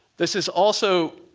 this is also,